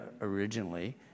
originally